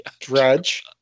drudge